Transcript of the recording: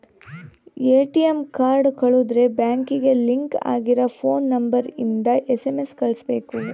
ATM card ಕಳುದ್ರೆ ಬ್ಯಾಂಕಿಗೆ link ಆಗಿರ ಫೋನ್ ನಂಬರ್ ಇಂದ ಎಸ್.ಎಮ್.ಎಸ್ ಕಳ್ಸ್ಬೆಕು